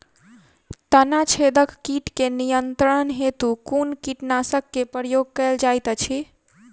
तना छेदक कीट केँ नियंत्रण हेतु कुन कीटनासक केँ प्रयोग कैल जाइत अछि?